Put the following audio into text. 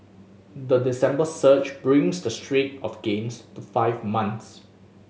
the December surge brings the streak of gains to five months